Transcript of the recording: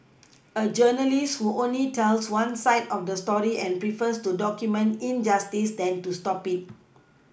a journalist who only tells one side of the story and prefers to document injustice than to stop it